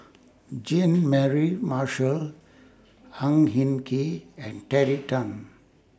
Jean Mary Marshall Ang Hin Kee and Terry Tan